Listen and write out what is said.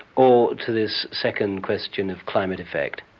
or to this second question of climate effect?